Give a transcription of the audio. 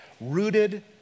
Rooted